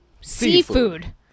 seafood